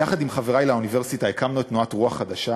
יחד עם חברי לאוניברסיטה הקמנו את תנועת "רוח חדשה",